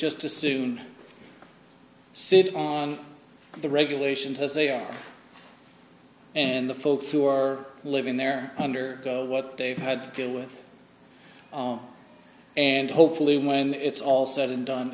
just assume sit on the regulations as they are and the folks who are living there under what they've had to deal with and hopefully when it's all said and done